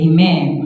Amen